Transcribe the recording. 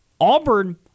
auburn